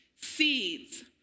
seeds